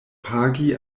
pagi